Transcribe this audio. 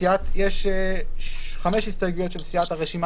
יש חמש הסתייגויות של סיעת הרשימה